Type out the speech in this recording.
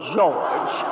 George